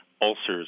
ulcers